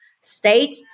state